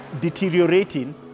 deteriorating